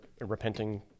repenting